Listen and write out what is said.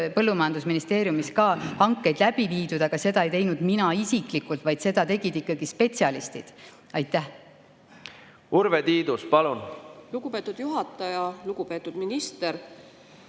Põllumajandusministeeriumis ka hankeid läbi, aga seda ei teinud mina isiklikult, vaid seda tegid ikkagi spetsialistid. Urve Tiidus, palun! Urve Tiidus, palun! Lugupeetud juhataja! Lugupeetud minister!